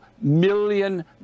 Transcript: million